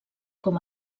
com